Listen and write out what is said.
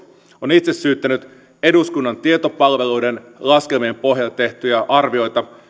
on itse syyttänyt eduskunnan tietopalveluiden laskelmien pohjalta tehtyjä arvioita